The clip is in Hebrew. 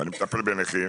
ואני מטפל בנכים,